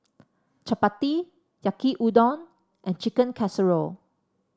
Chapati Yaki Udon and Chicken Casserole